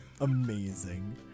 amazing